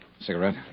Cigarette